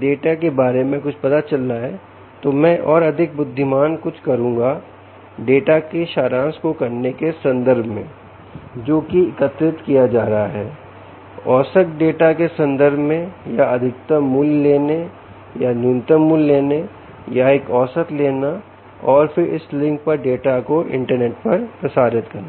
data के बारे में कुछ पता चल रहा है तो मैं और अधिक बुद्धिमान कुछ करुंगा डाटा के सारांश को करने के संदर्भ में जो की एकत्रित किया जा रहा है औसत डाटा के संदर्भ में या अधिकतम मूल्य लेने या न्यूनतम मूल्य लेने या एक औसत लेना और फिर इस लिंक पर डाटा को इंटरनेट पर प्रसारित करना